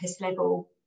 level